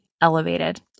elevated